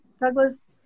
Douglas